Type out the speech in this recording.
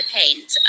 paint